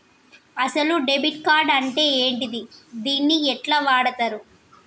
అసలు debit card అంటే ఏంటిది? దీన్ని ఎట్ల వాడుతరు?